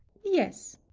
yes.